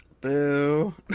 Boo